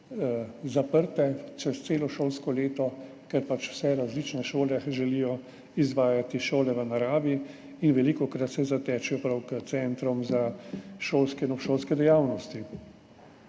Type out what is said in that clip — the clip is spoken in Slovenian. zaprte čez celo šolsko leto, ker pač različne šole želijo izvajati šole v naravi in velikokrat se zatečejo prav k centrom za šolske in obšolske dejavnosti.